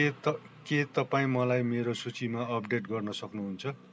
एक त के तपाईँ मलाई मेरो सूचीमा अपडेट गर्न सक्नुहुन्छ